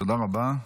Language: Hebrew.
תודה רבה.